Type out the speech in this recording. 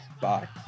Bye